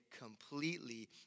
completely